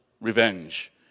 Revenge